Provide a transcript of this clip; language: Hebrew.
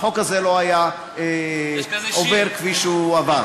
החוק הזה לא היה עובר כפי שהוא עבר.